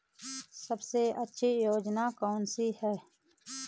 सबसे अच्छी योजना कोनसी है?